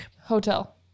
hotel